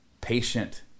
patient